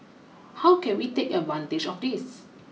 how can we take advantage of this